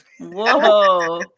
Whoa